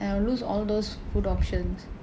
and I will lose all those food options